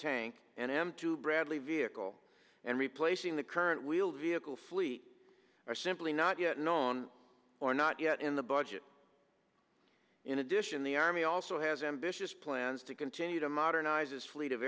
tank and m two bradley vehicle and replacing the current wheeled vehicle fleet are simply not yet known or not yet in the budget in addition the army also has ambitious plans to continue to modernize its fleet of